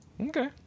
Okay